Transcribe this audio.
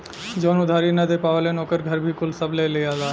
जवन उधारी ना दे पावेलन ओकर घर भी कुल सब ले लियाला